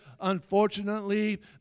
unfortunately